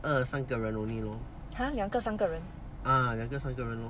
!huh! 两个三个人